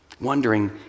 wondering